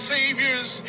Savior's